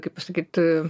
kaip pasakyt e